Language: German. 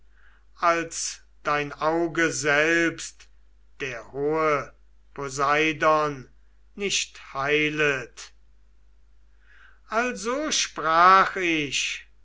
als dein auge selbst der hohe poseidon nicht heilet also sprach ich